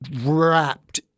wrapped